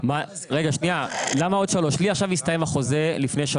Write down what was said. לי עכשיו הסתיים החוזה,